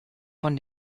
von